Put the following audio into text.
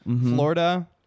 Florida